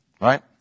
right